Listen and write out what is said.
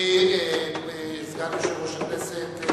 אדוני סגן יושב-ראש הכנסת,